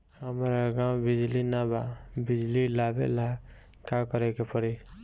हमरा गॉव बिजली न बा बिजली लाबे ला का करे के पड़ी?